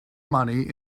money